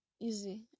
easy